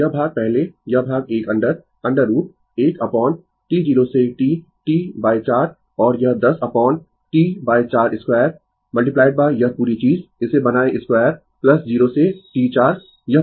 तो यह भाग पहले यह भाग 1 अंडर √ 1 अपोन T0 से T T4 और यह 10 अपोन T42 यह पूरी चीज इसे बनाए 2 0 से T4